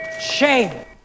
Shame